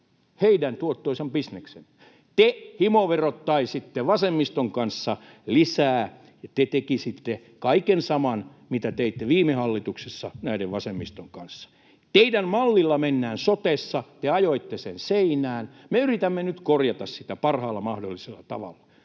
töitä, tuottoisan bisneksen. Te himoverottaisitte vasemmiston kanssa lisää, ja te tekisitte kaiken saman, mitä teitte viime hallituksessa vasemmiston kanssa. Teidän mallillanne mennään sotessa. Te ajoitte sen seinään. Me yritämme nyt korjata sitä parhaalla mahdollisella tavalla.